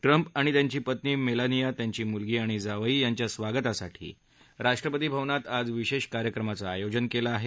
Trump आणि त्यांची पत्नी मेलानिया त्यांची मुलगी आणि जावई यांच्या स्वागतासाठी राष्ट्रपती भवनात आज विशेष कार्यक्रमाच आयोजन केलं आहे